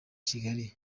kigali